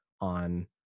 on